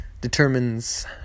determines